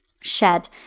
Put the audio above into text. shed